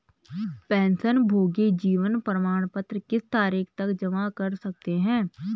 पेंशनभोगी जीवन प्रमाण पत्र किस तारीख तक जमा कर सकते हैं?